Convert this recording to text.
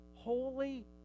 holy